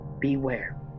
beware